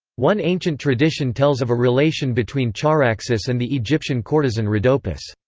one ancient tradition tells of a relation between charaxus and the egyptian courtesan rhodopis.